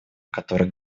который